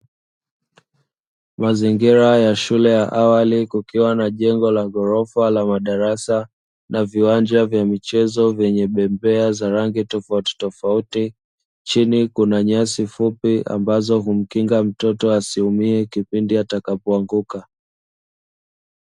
Mazingira ya shule ya awali kukiwa na jengo la ghorofa la madarasa na viwanja vya michezo vyenye bembea za rangi tofauti tofauti, chini kuna nyasi fupi ambazo humkinga mtoto asiumie kipindi atakapoanguka.